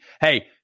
Hey